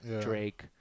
Drake